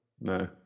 no